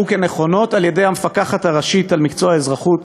הן הוגדרו כנכונות על-ידי המפקחת הראשית על מקצוע האזרחות,